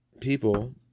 people